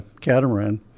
catamaran